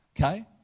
Okay